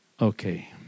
Okay